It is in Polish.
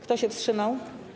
Kto się wstrzymał?